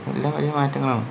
ഇതെല്ലാം വലിയ മാറ്റങ്ങളാണ്